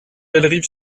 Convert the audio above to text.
bellerive